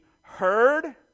heard